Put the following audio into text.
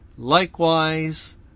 Likewise